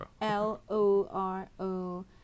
L-O-R-O